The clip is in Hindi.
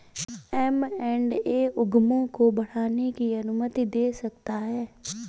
एम एण्ड ए उद्यमों को बढ़ाने की अनुमति दे सकता है